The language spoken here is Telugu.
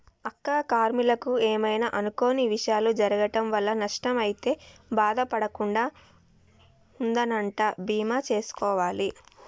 అక్క కార్మీకులకు ఏమైనా అనుకొని విషయాలు జరగటం వల్ల నష్టం అయితే బాధ పడకుండా ఉందనంటా బీమా సేసుకోవాలి